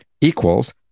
equals